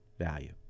value